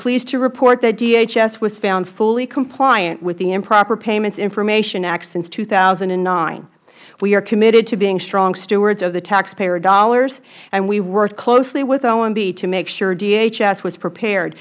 pleased to report that dhs was found fully compliant with the improper payments information act since two thousand and nine we are committed to being strong stewards of the taxpayer dollars and we worked closely with omb to make sure dhs was prepared